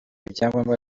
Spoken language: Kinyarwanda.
ibyangombwa